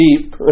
deep